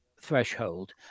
threshold